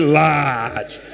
large